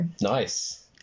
Nice